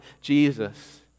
Jesus